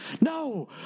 no